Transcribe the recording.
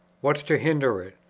what's to hinder it?